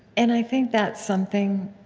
and i think that something